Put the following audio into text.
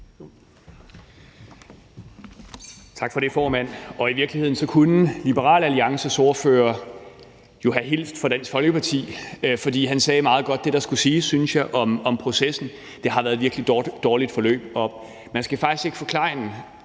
Tak for det, formand. I virkeligheden kunne Liberal Alliances ordfører jo have hilst fra Dansk Folkeparti, for han sagde meget godt det, der skulle siges, synes jeg, om processen. Det har været et virkelig dårligt forløb, og man skal faktisk ikke forklejne